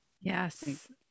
Yes